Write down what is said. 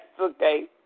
okay